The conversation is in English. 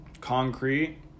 concrete